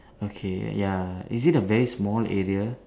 okay ya is it a very small area